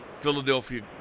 Philadelphia